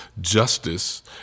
justice